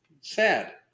Sad